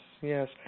yes